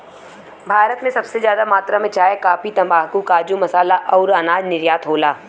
भारत से सबसे जादा मात्रा मे चाय, काफी, तम्बाकू, काजू, मसाला अउर अनाज निर्यात होला